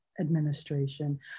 administration